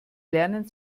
lernen